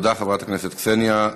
תודה, חברת הכנסת קסניה.